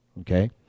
okay